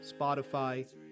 Spotify